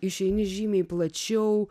išeini žymiai plačiau